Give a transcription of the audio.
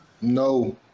No